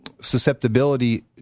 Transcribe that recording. susceptibility